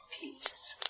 peace